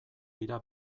dira